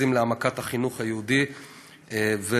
מרכזים להעמקת החינוך היהודי ומדרשות.